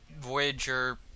Voyager